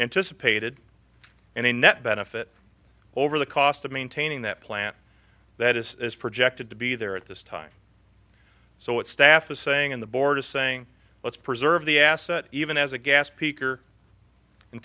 anticipated and a net benefit over the cost of maintaining that plant that is projected to be there at this time so what staff is saying in the board is saying let's preserve the asset even as a gas peaker and